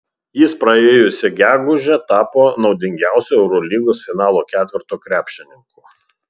jis praėjusią gegužę tapo naudingiausiu eurolygos finalo ketverto krepšininku